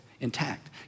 Intact